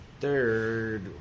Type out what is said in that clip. third